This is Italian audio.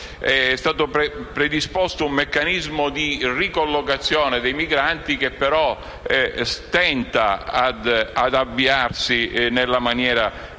è stato predisposto un meccanismo di ricollocazione dei migranti, che però stenta ad avviarsi nella maniera